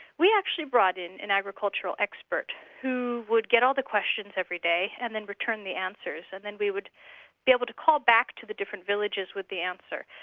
we actually brought in an agricultural expert who would get all the questions every day and then return the answers, and then they would be able to call back to the different villages with the answer.